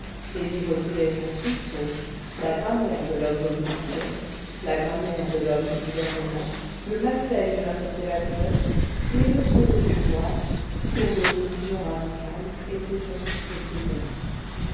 les livres qui viennent ensuite sont la grammaire de l'homme d'opposition la grammaire de l'homme de gouvernement le manuel de l'interpellateur les leçons au pouvoir cours d'opposition radicale etc etc